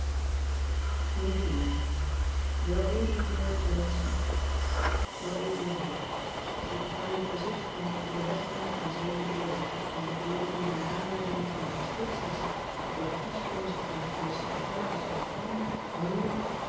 uni en el d eer ohn mith el d eer k kwam in het bezit van we letteren van dezer en eel naar aanleiding van de instructies door tusschenkomst van wen secretaris ontvangen mede